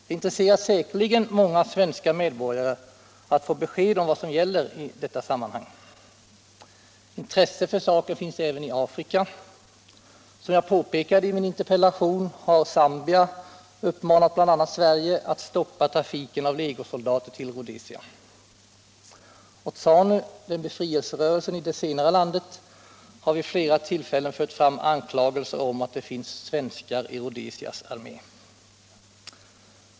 Det intresserar säkerligen många svenska medborgare att få besked om vad som gäller i detta sammanhang. Intresse för saken finns även i Afrika. Som jag påpekade i min interpellation har Zambia uppmanat bl.a. Sverige att stoppa trafiken av legosoldater till Rhodesia. ZANU, befrielserörelsen i det senare landet, har vid flera tillfällen fört fram anklagelser om att det finns svenskar i Rhodesias armé.